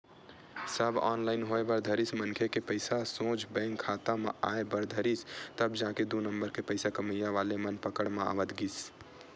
सब online होय बर धरिस मनखे के पइसा सोझ बेंक खाता म आय बर धरिस तब जाके दू नंबर के पइसा कमइया वाले मन पकड़ म आवत गिस